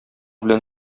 белән